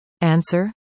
Answer